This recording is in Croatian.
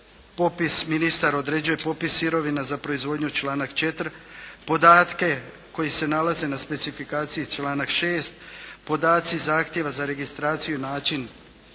popis ministar određuje popis sirovina za proizvodnju članak 4., podatke koji se nalaze na specifikaciji članak 6., podaci zahtjeva za registraciju i način